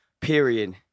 period